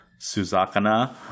Suzakana